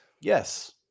Yes